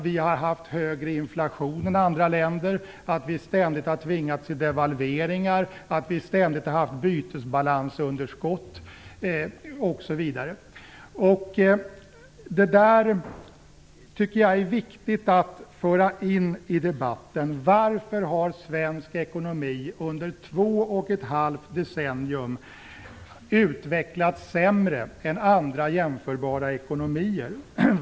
Vi har haft högre inflation än många andra länder, vi har ständigt tvingats till devalveringar och ständigt haft bytesbalansunderskott osv. En fråga som jag tycker att det är viktigt att föra in i debatten är: Varför har svensk ekonomi under två och ett halvt decennium utvecklats sämre än andra jämförbara ekonomier?